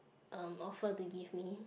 um offer to give me